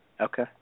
Okay